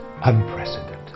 Unprecedented